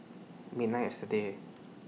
midnight yesterday